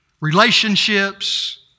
relationships